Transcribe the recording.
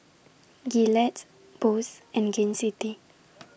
Gillette Bose and Gain City